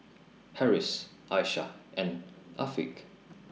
Harris Aisyah and Afiq